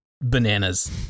bananas